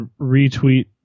retweet